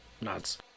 nuts